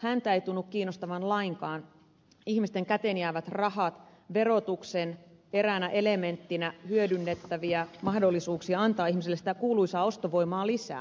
häntä eivät tunnu kiinnostavan lainkaan ihmisten käteenjäävät rahat verotuksen eräänä elementtinä hyödynnettävä mahdollisuus antaa ihmisille sitä kuuluisaa ostovoimaa lisää